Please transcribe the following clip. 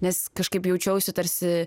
nes kažkaip jaučiausi tarsi